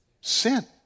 Sin